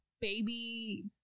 baby